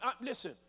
listen